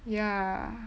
ya